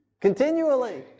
Continually